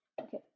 Okay